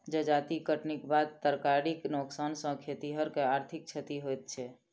जजाति कटनीक बाद तरकारीक नोकसान सॅ खेतिहर के आर्थिक क्षति होइत छै